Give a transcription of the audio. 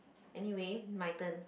anyway my turn